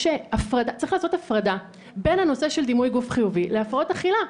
צריך לעשות הפרדה בין הנושא של דימוי גוף חיובי להפרעות אכילה.